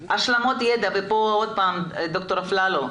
השלמות ידע וכאן ד"ר אפללו,